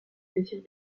plaisir